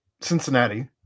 Cincinnati